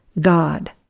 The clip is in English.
God